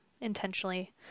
intentionally